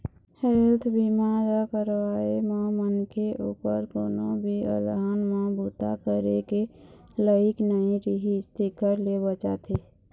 health बीमा ल करवाए म मनखे उपर कोनो भी अलहन म बूता करे के लइक नइ रिहिस तेखर ले बचाथे